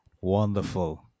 Wonderful